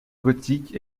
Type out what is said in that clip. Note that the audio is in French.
gothique